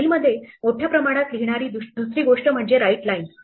फाईलमध्ये मोठ्या प्रमाणात लिहिणारी दुसरी गोष्ट म्हणजे राईटलाइन्स